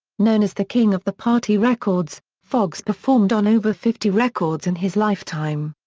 known as the king of the party records, foxx performed on over fifty records in his lifetime.